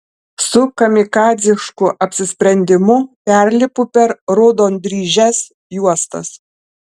su kamikadzišku apsisprendimu perlipu per raudondryžes juostas